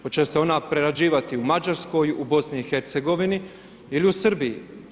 Hoće se ona prerađivati u Mađarskoj, u BiH ili u Srbiji.